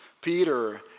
Peter